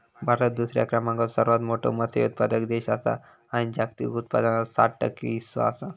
भारत दुसऱ्या क्रमांकाचो सर्वात मोठो मत्स्य उत्पादक देश आसा आणि जागतिक उत्पादनात सात टक्के हीस्सो आसा